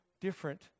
different